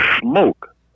smoke